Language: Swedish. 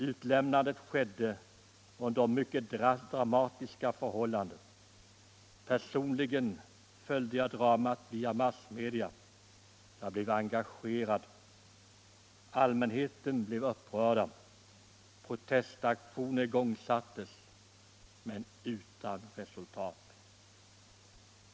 Utlämnandet skedde under mycket dramatiska förhållanden. Personligen följde jag dramat via massmedia och jag blev engagerad. Allmänheten blev upprörd och protestaktioner igångsattes, men utan resultat.